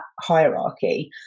hierarchy